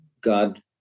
God